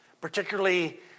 particularly